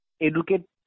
educate